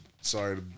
Sorry